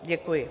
Děkuji.